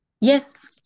Yes